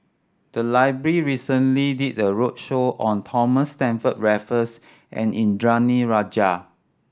the library recently did a roadshow on Thomas Stamford Raffles and Indranee Rajah